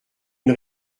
une